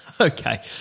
Okay